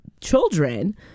children